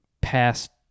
past